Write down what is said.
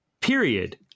period